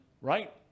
Right